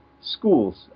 schools